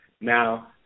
Now